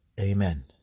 Amen